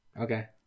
Okay